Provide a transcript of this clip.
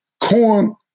corn